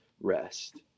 rest